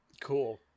cool